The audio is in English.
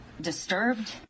disturbed